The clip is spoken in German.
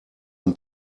ein